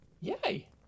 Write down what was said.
yay